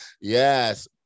Yes